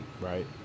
right